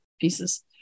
pieces